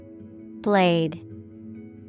Blade